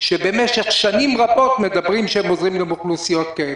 שבמשך שנים רבות מדברים שהם עוזרים גם לאוכלוסיות כאלה?